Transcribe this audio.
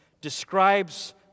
describes